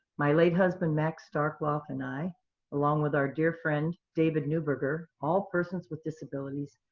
my late husband max starkloff and i along with our dear friend david new burger, all persons with disabilities,